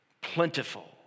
plentiful